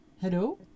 Hello